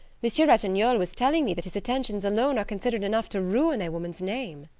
monsieur ratignolle was telling me that his attentions alone are considered enough to ruin a woman's name.